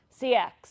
CX